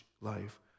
life